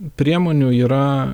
priemonių yra